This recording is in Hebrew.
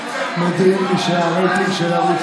מודיעים לי שהרייטינג של ערוץ